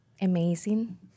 Amazing